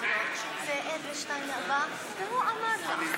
אספקת מים), התשע"ה 2015, לא אושרה.